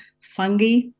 fungi